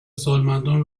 سالمندان